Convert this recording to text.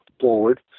forward